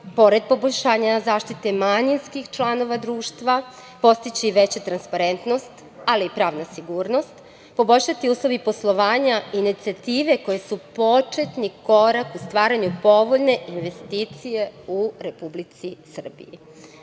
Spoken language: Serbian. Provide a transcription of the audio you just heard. pored poboljšanja zaštite manjinskih članova društva, postići veća transparentnost, ali i pravna sigurnost, poboljšati uslovi poslovanja i inicijative koje su početni korak u stvaranju povoljne investicione klime u Republici Srbiji,